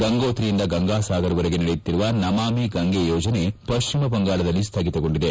ಗಂಗೋತ್ರಿಯಿಂದ ಗಂಗಾಸಾಗರ್ವರೆಗೆ ನಡೆಯುತ್ತಿರುವ ನಮಾಮಿ ಗಂಗೆ ಯೋಜನೆ ಪಶ್ಚಿಮ ಬಂಗಾಳದಲ್ಲಿ ಸ್ಥಗಿತಗೊಂಡಿದೆ